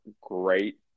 great